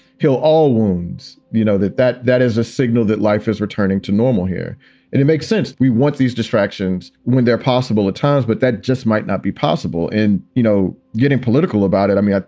heal all wounds. you know, that that that is a signal that life is returning to normal here and it makes sense. we want these distractions when they're possible at times, but that just might not be possible in, you know, getting political about it. i mean,